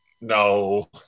No